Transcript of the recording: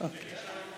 נתקבלה.